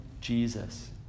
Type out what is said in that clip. Jesus